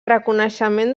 reconeixement